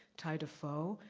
ty defoe,